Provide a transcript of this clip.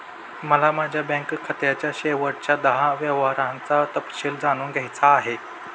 मला माझ्या बँक खात्याच्या शेवटच्या दहा व्यवहारांचा तपशील जाणून घ्यायचा आहे